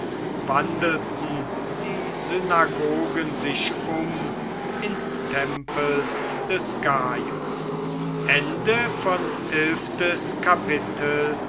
wandelten die synagogen sich um in tempel des gaius